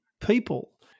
people